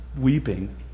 weeping